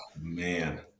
man